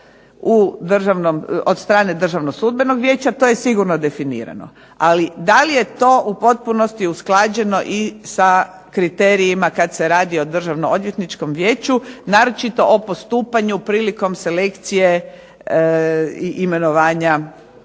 od strane Državnog sudbenog vijeća, to je sigurno definirano. Ali da li je to u potpunosti usklađeno i sa kriterijima kad se radi o Državno-odvjetničkom vijeću, naročito o postupanju prilikom selekcije i imenovanja